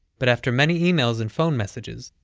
but after many emails and phone messages,